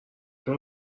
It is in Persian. چرا